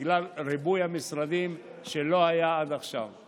בגלל ריבוי המשרדים שלא היו עד עכשיו.